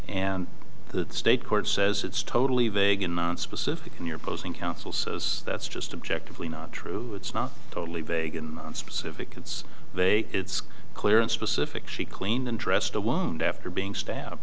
and the state court says it's totally vague and nonspecific and you're posing council says that's just objective we not true it's not totally begun on specific it's they it's clear and specific she cleaned and dressed the wound after being stab